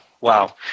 wow